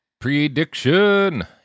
Prediction